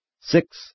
Six